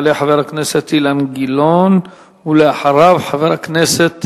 יעלה חבר הכנסת אילן גילאון, ואחריו, חבר הכנסת